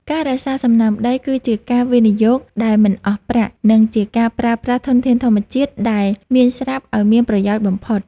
ការរក្សាសំណើមដីគឺជាការវិនិយោគដែលមិនអស់ប្រាក់ និងជាការប្រើប្រាស់ធនធានធម្មជាតិដែលមានស្រាប់ឱ្យមានប្រយោជន៍បំផុត។